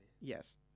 Yes